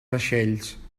vaixells